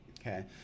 okay